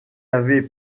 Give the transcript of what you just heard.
avait